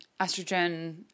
estrogen